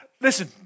Listen